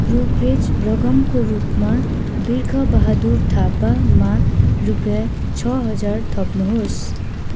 brokerage रकमको रूपमा बिर्ख बहादुर थापामा रुपियाँ छ हजार थप्नुहोस्